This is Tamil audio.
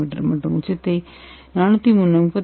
எம் மற்றும் உச்சத்தை 438 என்